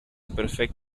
perfecta